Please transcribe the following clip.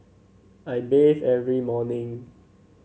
I bathe every morning